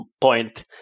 point